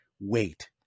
wait